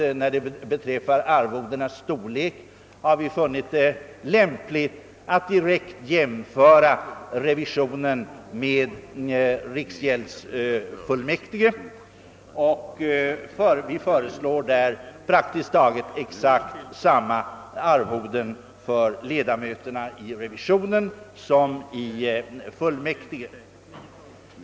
Beträffande arvodenas storlek har vi funnit det lämpligt att direkt jämföra revisionen med riksgäldsfullmäktige, och vi föreslår därför praktiskt taget samma arvoden för ledamöter i revisionen som för fullmäktige.